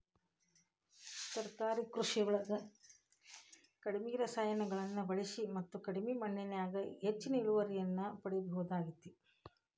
ತರಕಾರಿ ಕೃಷಿಯೊಳಗ ಕಡಿಮಿ ರಾಸಾಯನಿಕಗಳನ್ನ ಬಳಿಸಿ ಮತ್ತ ಕಡಿಮಿ ಮಣ್ಣಿನ್ಯಾಗ ಹೆಚ್ಚಿನ ಇಳುವರಿಯನ್ನ ಪಡಿಬೋದಾಗೇತಿ